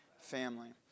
family